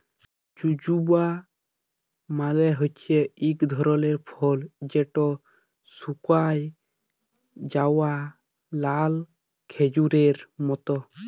জুজুবা মালে হছে ইক ধরলের ফল যেট শুকাঁয় যাউয়া লাল খেজুরের মত